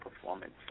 performance